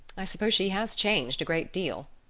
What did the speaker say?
i suppose she has changed a great deal.